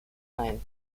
ein